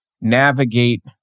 navigate